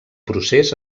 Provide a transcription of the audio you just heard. procés